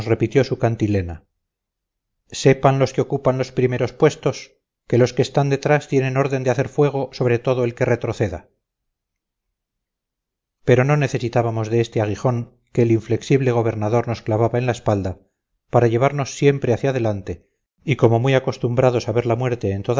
repitió su cantilena sepan los que ocupan los primeros puestos que los que están detrás tienen orden de hacer fuego sobre todo el que retroceda pero no necesitábamos de este aguijón que el inflexible gobernador nos clavaba en la espalda para llevarnos siempre hacia adelante y como muy acostumbrados a ver la muerte